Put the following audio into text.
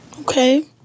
okay